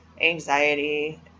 anxiety